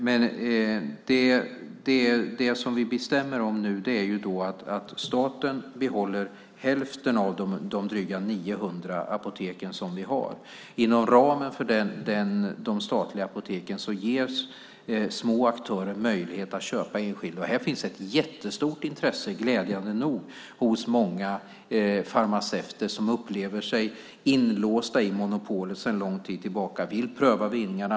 Men det som vi bestämmer om nu är att staten ska behålla hälften av de drygt 900 apotek som vi har. Inom ramen för de statliga apoteken ges små aktörer möjlighet att köpa enskilda apotek. Här finns det glädjande nog ett jättestort intresse hos många farmaceuter som upplever sig inlåsta i monopolet sedan lång tid tillbaka och vill pröva vingarna.